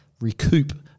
recoup